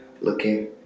looking